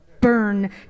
burn